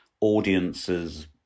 audiences